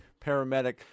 paramedic